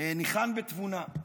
ניחן בתבונה.